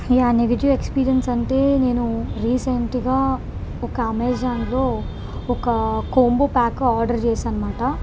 yeah negative experience అంటే నేను రీసెంట్గా ఒక అమెజాన్లో ఒక కాంబో ప్యాక్ ఆర్డర్ చేసానన్నమాట